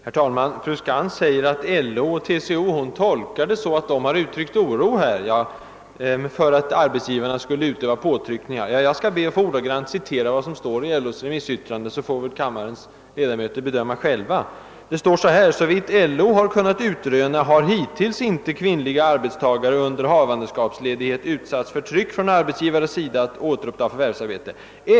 Herr talman! Fru Skantz menar att LO och TCO — som hon tolkar deras yttranden — har uttryckt oro för att arbetsgivarna skulle utöva påtryckningar. Jag ber att ordagrant få citera vad som står i LO:s remissyttrande, så får kammarens ledamöter bedöma det själva: »Såvitt LO har kunnat utröna har hittills inte kvinnliga arbetstagare under havandeskapsledighet utsatts för tryck från arbetsgivarens sida att återuppta förvärvsarbete.